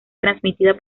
transmitida